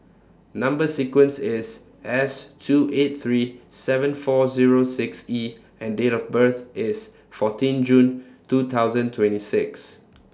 Number sequence IS S two eight three seven four Zero six E and Date of birth IS fourteen June two thousand twenty six